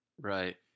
Right